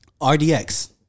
RDX